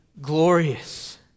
glorious